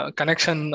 Connection